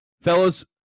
Fellas